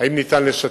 האם ניתן לשתף.